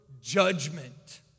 judgment